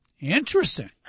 Interesting